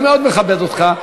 אני מאוד מכבד אותך,